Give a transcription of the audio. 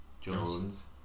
Jones